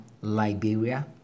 Liberia